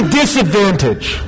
disadvantage